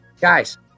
Guys